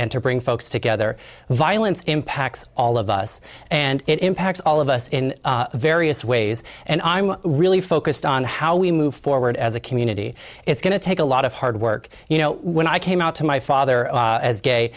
to bring folks together violence impacts on all of us and it impacts all of us in various ways and i'm really focused on how we move forward as a community it's going to take a lot of hard work you know when i came out to my father as gay